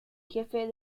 jefe